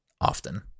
often